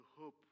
hope